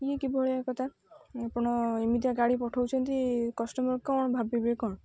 ଇଏ କିଭଳିଆ କଥା ଆପଣ ଏମିତିଆ ଗାଡ଼ି ପଠଉଛନ୍ତି କଷ୍ଟମର୍ କ'ଣ ଭାବିବେ କ'ଣ